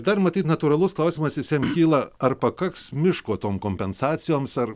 dar matyt natūralus klausimas visiem kyla ar pakaks miško tom kompensacijoms ar